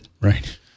Right